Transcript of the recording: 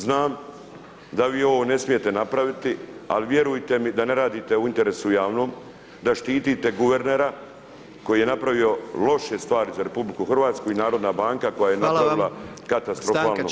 Znam da vi ovo ne smijete napraviti ali vjerujte mi da ne radite u interes javnom, da štitite guvernera koji je napravio loše stvari za RH i Narodna banka koja je napravila katastrofalno za RH.